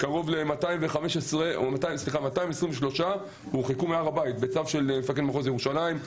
קרוב ל-223 הורחקו מהר הבית בצו של מפקד מחוז ירושלים.